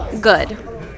good